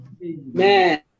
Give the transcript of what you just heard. man